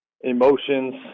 emotions